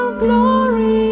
glory